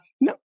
No